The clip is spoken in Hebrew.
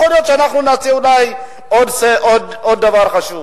יכול להיות שאנחנו נשיג עוד דבר חשוב.